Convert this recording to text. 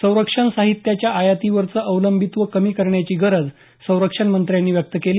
संरक्षण साहित्याच्या आयातीवरचं अवलंबित्व कमी करण्याची गरज संरक्षणमंत्र्यांनी व्यक्त केली